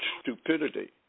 stupidity